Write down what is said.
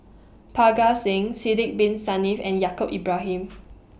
Parga Singh Sidek Bin Saniff and Yaacob Ibrahim